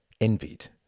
envied